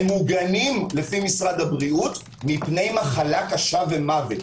הם מוגנים לפי משרד הבריאות מפני מחלה קשה ומוות.